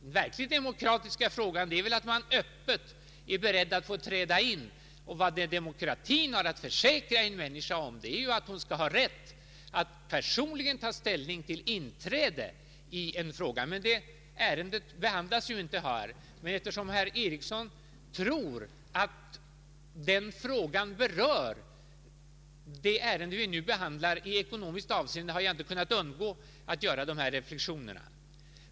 Det verkligt demokratiska är att man öppet är beredd att träda in, och demokratin har att försäkra en människa om att hon skall ha rätt att personligen ta ställning till inträde i en gemenskap. Den frågan behandlas inte här, men eftersom herr Ericsson tror att den berör det ärende av ekonomisk art som vi nu behandlar, har jag inte kunnat undgå att göra dessa reflexioner.